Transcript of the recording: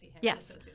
Yes